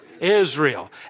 Israel